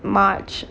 march